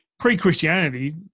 pre-Christianity